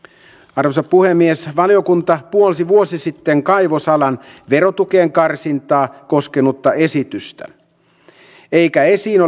arvoisa puhemies valiokunta puolsi vuosi sitten kaivosalan verotuen karsintaa koskenutta esitystä eikä esiin